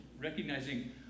recognizing